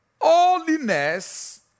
holiness